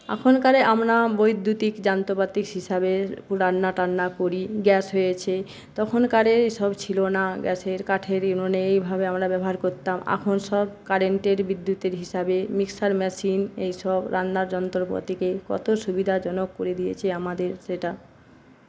এখনকার আমরা বৈদ্যুতিক যন্ত্রপাতির হিসাবে রান্নাটান্না করি গ্যাস হয়েছে তখনকার এসব ছিল না গ্যাসের কাঠেরই উনোনে এইভাবে আমরা ব্যবহার করতাম এখন সব কারেন্টের বিদ্যুতের হিসাবে মিক্সার মেশিন এই সব রান্নার যন্ত্রপাতিকে কত সুবিধাজনক করে দিয়েছে আমাদের সেটা